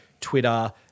Twitter